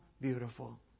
beautiful